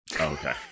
okay